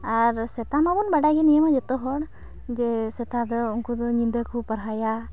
ᱟᱨ ᱥᱮᱛᱟ ᱢᱟᱵᱚᱱ ᱵᱟᱰᱟᱭᱜᱮ ᱱᱤᱭᱟᱹᱢᱟ ᱡᱚᱛᱚᱦᱚᱲ ᱡᱮ ᱥᱮᱛᱟᱫᱚ ᱩᱱᱠᱩᱫᱚ ᱧᱤᱫᱟᱹᱠᱚ ᱯᱟᱦᱟᱨᱟᱭᱟ